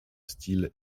style